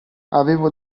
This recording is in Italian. avevo